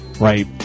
right